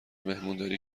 مهمونداری